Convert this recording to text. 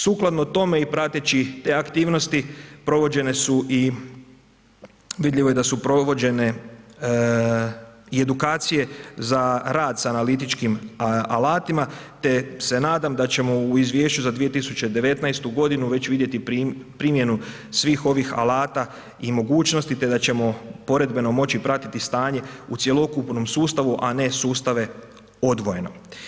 Sukladno tome i prateći te aktivnosti provođene su i, vidljivo je da su provođene i edukacije za rad s analitičkim alatima te se nadam da ćemo u izvješću za 2019. godinu već vidjeti primjenu svih ovih alata i mogućnosti te da ćemo poredbeno moći pratiti stanje u cjelokupnom sustavu, a ne sustave odvojeno.